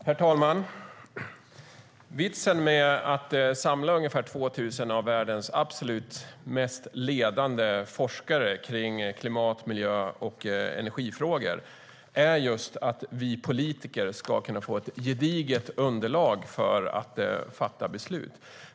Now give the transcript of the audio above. Herr talman! Vitsen med att samla ungefär 2 000 av världens absolut mest ledande forskare i klimat, miljö och energifrågor är just att vi politiker ska kunna få ett gediget underlag för att fatta beslut.